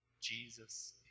Jesus